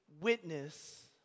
witness